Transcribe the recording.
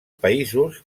països